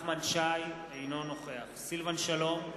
אינו נוכח סילבן שלום,